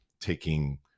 taking